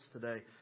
today